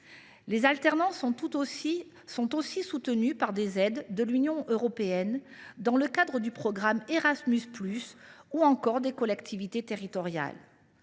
Les alternants sont aussi soutenus par des aides de l’Union européenne, dans le cadre du programme Erasmus+, ou encore des collectivités territoriales.